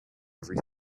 every